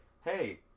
hey